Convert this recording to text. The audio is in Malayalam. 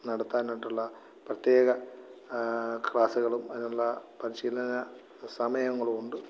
നടത്താനായിട്ടുള്ള പ്രത്യേക ക്ലാസ്സുകളും അതിനുള്ള പരിശീലന സമയങ്ങളും ഉണ്ട്